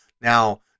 Now –